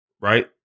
Right